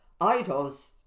idols